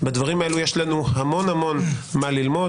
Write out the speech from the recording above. בדברים האלה יש לנו המון-המון מה ללמוד,